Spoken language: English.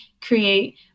create